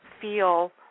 feel